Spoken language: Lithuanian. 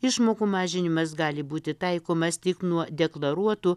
išmokų mažinimas gali būti taikomas tik nuo deklaruotų